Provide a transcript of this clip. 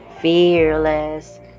fearless